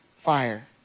fire